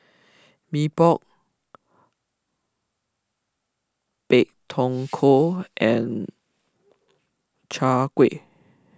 Mee Pok Pak Thong Ko and Chai Kueh